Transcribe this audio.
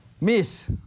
Miss